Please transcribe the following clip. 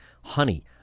honey